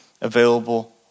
available